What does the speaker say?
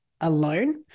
alone